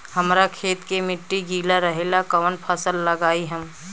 हमरा खेत के मिट्टी गीला रहेला कवन फसल लगाई हम?